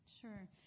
Sure